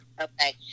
Okay